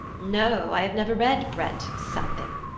no, i have never read bret something.